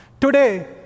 Today